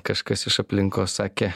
kažkas iš aplinkos sakė